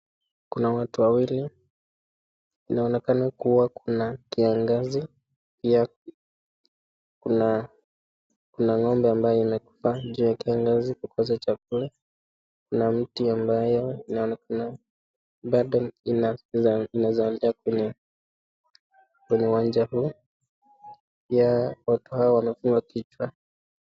Kuna watu wawili, inaonekana kuna kiangazi, pia kuna ng'ombe ambaye imekaa nje ya kiangazi kukosa chakula na mti ambayo.....bado ina...naweza kuwambia kuna uwanja huu watu hawa wanapewa...